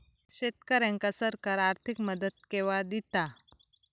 शेतकऱ्यांका सरकार आर्थिक मदत केवा दिता?